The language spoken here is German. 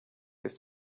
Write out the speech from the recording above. ist